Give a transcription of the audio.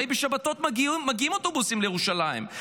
הרי בשבתות מגיעים אוטובוסים לירושלים.